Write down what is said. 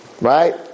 Right